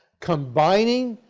combining,